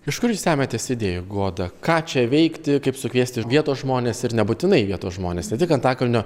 iš kur jūs semiatės idėjų goda ką čia veikti kaip sukviesti vietos žmones ir nebūtinai vietos žmones ne tik antakalnio